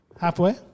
Halfway